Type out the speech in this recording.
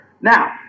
Now